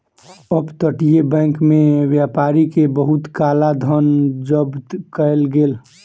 up तटीय bank में व्यापारी के बहुत काला धन जब्त कएल गेल